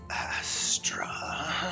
Astra